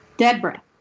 Deborah